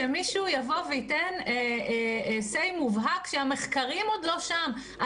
שמישהו יבוא וייתן אמירה מובהקת כשהמחקרים עוד לא שם.